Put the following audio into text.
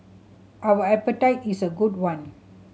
our appetite is a good one